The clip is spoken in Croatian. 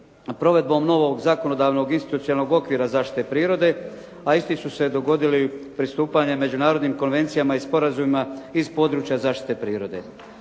provedbom novog zakonodavnog institucionalnog okvira zaštite prirode a isti su se dogodili pristupanjem međunarodnim konvencijama i sporazumima iz područja zaštite prirode.